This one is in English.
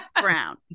brown